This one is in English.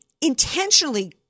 intentionally